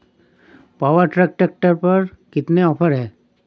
Power track tractor पर कितना offer है?